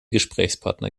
gesprächspartner